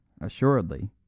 assuredly